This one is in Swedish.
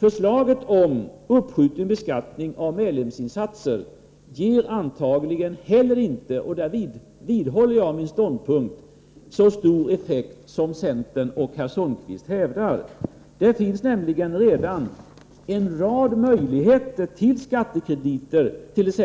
Förslaget om uppskjuten beskattning av medlemsinsatser ger antagligen inte heller — och där vidhåller jag min ståndpunkt — så stor effekt som centern och herr Sundkvist hävdar. Det finns nämligen redan en rad möjligheter till skattekrediter, t.ex.